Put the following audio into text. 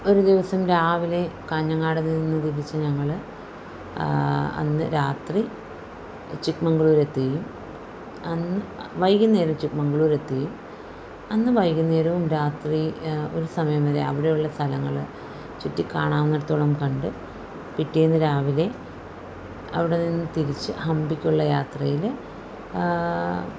ഒരു ദിവസം രാവിലെ കാഞ്ഞങ്ങാടുനിന്ന് തിരിച്ച് ഞങ്ങൾ അന്ന് രാത്രി ചിക്ക്മംഗ്ളൂരെത്തുകയും അന്ന് വൈകുന്നേരം ചിക്ക്മംഗ്ളൂരെത്തുകയും അന്ന് വൈകുന്നേരവും രാത്രി ഒരു സമയം വരെ അവിടെയുള്ള സ്ഥലങ്ങൾ ചുറ്റി കാണാവുന്നിടത്തോളം കണ്ട് പിറ്റേന്ന് രാവിലെ അവിടെനിന്ന് തിരിച്ച് ഹമ്പിക്കുള്ള യാത്രയിൽ